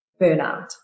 burnout